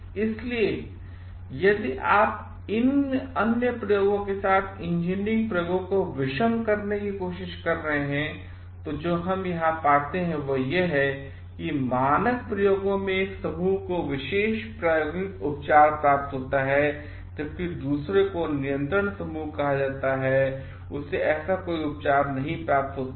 इसलिए यदि आप अन्य प्रयोगों के साथ इंजीनियरिंग प्रयोगों को विषम करने की कोशिश कर रहे हैं तो हम यहां जो पाते हैं वह यह है कि मानक प्रयोगों में एक समूह को विशेष प्रायोगिक उपचार प्राप्त होता है जबकि दूसरे को नियंत्रण समूह कहा जाता है और उसे ऐसा कोई उपचार प्राप्त नहीं होता है